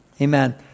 Amen